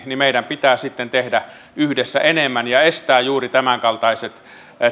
pitää sitten tehdä yhdessä enemmän ja estää juuri tämänkaltaiset